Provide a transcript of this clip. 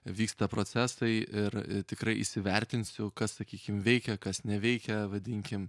vyksta procesai ir tikrai įsivertinsiu kas sakykim veikia kas neveikia vadinkim